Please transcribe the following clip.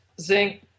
zinc